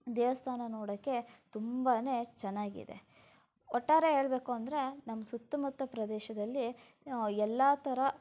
ದೇವಸ್ಥಾನ ನೋಡೋಕ್ಕೆ ತುಂಬ ಚೆನ್ನಾಗಿದೆ ಒಟ್ಟಾರೆ ಹೇಳಬೇಕು ಅಂದರೆ ನಮ್ಮ ಸುತ್ತಮುತ್ತ ಪ್ರದೇಶದಲ್ಲಿ ಎಲ್ಲ ಥರ